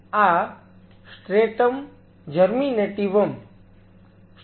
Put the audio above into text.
આ stratum germinativum stratum છે